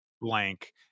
blank